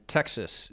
Texas